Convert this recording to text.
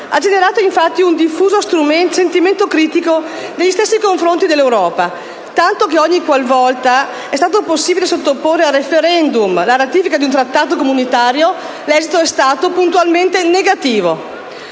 ha generato, infatti, un diffuso sentimento critico nei suoi stessi confronti, tanto che, ogni qualvolta è stato possibile sottoporre a *referendum* la ratifica di un trattato comunitario, l'esito è stato puntualmente negativo.